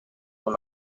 con